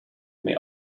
may